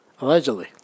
Allegedly